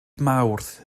mawrth